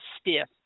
stiff